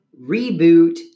Reboot